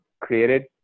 created